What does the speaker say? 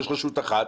יש רשות אחת